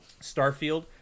Starfield